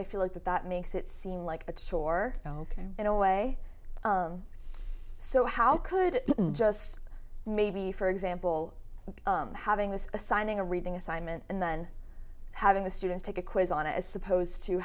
i feel like that that makes it seem like a chore ok in a way so how could just maybe for example having this assigning a reading assignment and then having the students take a quiz on it as supposed to